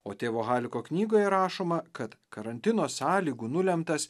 o tėvo haliko knygoje rašoma kad karantino sąlygų nulemtas